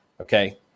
Okay